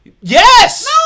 yes